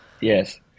Yes